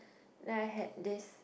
like I had this